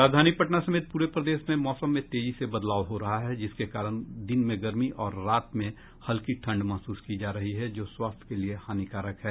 राजधानी पटना समेत पूरे प्रदेश में मौसम में तेजी से बदलाव हो रहा है जिसके कारण दिन में गर्मी और रात में हल्की ठंड महसूस की जा रही है जो स्वास्थ्य के लिए हानिकारक है